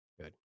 Good